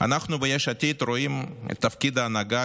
אנחנו ביש עתיד רואים את תפקיד ההנהגה,